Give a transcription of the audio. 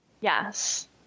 Yes